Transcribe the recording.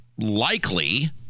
likely